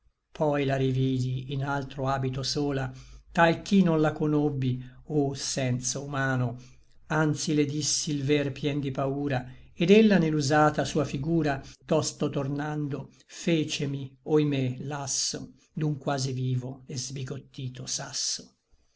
poi la rividi in altro habito sola tal ch'i non la conobbi oh senso humano anzi le dissi l ver pien di paura ed ella ne l'usata sua figura tosto tornando fecemi oimè lasso d'un quasi vivo et sbigottito sasso